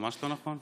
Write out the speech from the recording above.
ממש לא נכון.